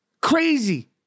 Crazy